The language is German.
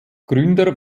gründer